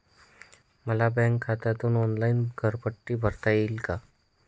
मला बँक खात्यातून ऑनलाइन घरपट्टी भरता येईल का?